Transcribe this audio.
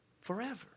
forever